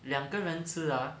两个人吃 ah